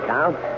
Count